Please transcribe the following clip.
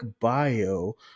bio